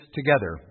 together